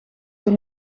door